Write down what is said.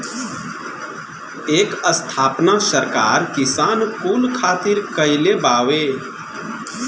एकर स्थापना सरकार किसान कुल खातिर कईले बावे